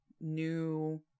new